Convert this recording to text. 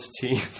team